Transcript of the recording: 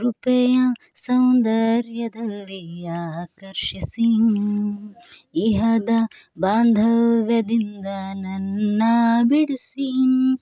ಕೃಪೆಯ ಸೌಂದರ್ಯದಲ್ಲಿ ಆಕರ್ಷಿಸಿ ಇಹದ ಬಾಂಧವ್ಯದಿಂದ ನನ್ನ ಬಿಡಿಸಿ